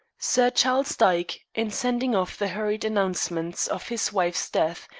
sir charles dyke, in sending off the hurried announcement of his wife's death,